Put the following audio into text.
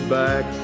back